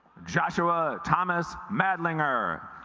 joshua thomas madelung er